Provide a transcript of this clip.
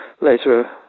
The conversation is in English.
later